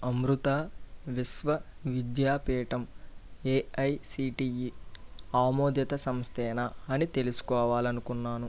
Amrita Vishwa Vidyapeetham AICTE ఆమోదిత సంస్థేనా అని తెలుసుకోవాలనుకున్నాను